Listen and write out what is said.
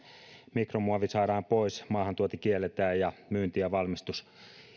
mikromuovi saadaan pois maahantuonti kielletään ja myynti ja valmistus